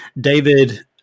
David